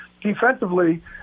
defensively